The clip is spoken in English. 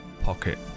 pocket